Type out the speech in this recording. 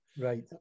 right